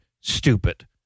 stupid